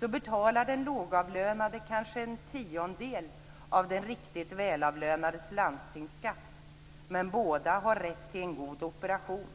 betalar den lågavlönade kanske en tiondel av den riktigt välavlönades landstingsskatt, men båda har rätt till en bra operation.